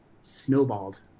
snowballed